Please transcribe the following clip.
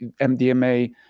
MDMA